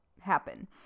happen